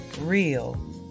real